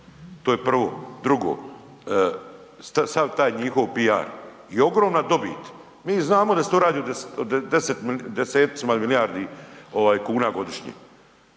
to je prvo. Drugo, sav taj njihov PR je ogromna dobit, mi znamo da se to radi o desecima milijardi kuna godišnje